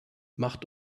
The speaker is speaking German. macht